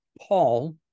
paul